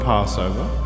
Passover